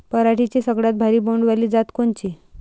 पराटीची सगळ्यात भारी बोंड वाली जात कोनची?